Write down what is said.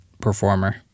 performer